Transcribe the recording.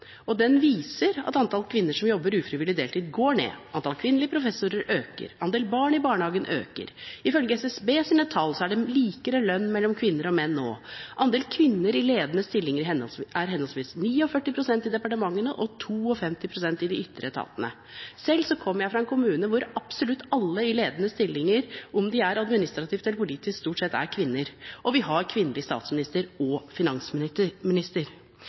Den viser at antall kvinner som jobber ufrivillig deltid, går ned, antall kvinnelige professorer øker, andelen barn i barnehage øker. Ifølge SSBs tall er det likere lønn mellom kvinner og menn nå. Andelen kvinner i ledende stillinger er henholdsvis 49 pst. i departementene og 52 pst. i de ytre etatene. Selv kommer jeg fra en kommune hvor absolutt alle stort sett er i ledende stillinger, om de er administrative eller politiske, er kvinner. Og vi har kvinnelig statsminister og